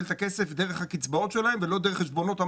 את הכסף דרך הקצבאות שלהם ולא דרך המים.